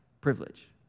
Privilege